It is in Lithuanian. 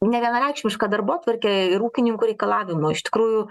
nevienareikšmiška darbotvarkė ir ūkininkų reikalavimų iš tikrųjų